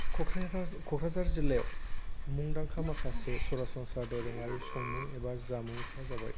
क'क्राझार जिल्लायाव मुंदांखा माखासे सरासनस्रा दोरोङारि संमुं एबा जामुंफोरा जाबाय